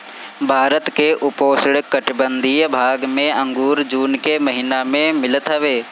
भारत के उपोष्णकटिबंधीय भाग में अंगूर जून के महिना में मिलत हवे